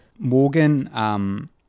Morgan